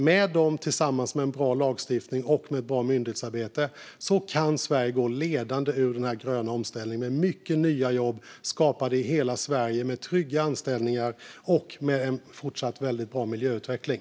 Med dem och med en bra lagstiftning och ett bra myndighetsarbete kan Sverige gå ledande ur den gröna omställningen med mycket nya jobb som skapas i hela Sverige, med trygga anställningar och med en fortsatt väldigt bra miljöutveckling.